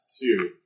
Two